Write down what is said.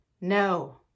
No